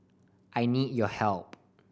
I need your help